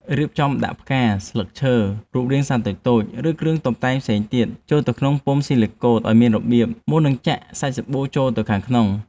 រៀបចំដាក់ផ្កា ស្លឹកឈើ រូបរាងសត្វតូចៗ ឬគ្រឿងតុបតែងផ្សេងទៀតចូលទៅក្នុងពុម្ពស៊ីលីកូតឱ្យមានរបៀប មុននឹងចាក់សាច់សាប៊ូចូលទៅខាងក្នុង។